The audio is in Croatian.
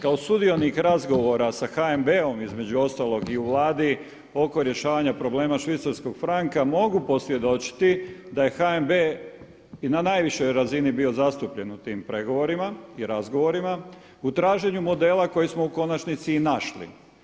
Kao sudionik razgovora sa HNB-om između ostalog i u Vladi oko rješavanja problema švicarskog franka mogu posvjedočiti da je HNB i na najvišoj razini bio zastupljen u tim pregovorima i razgovorima u traženju modela koji smo u konačnici i našli.